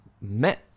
met